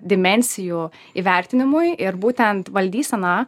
dimensijų įvertinimui ir būtent valdysena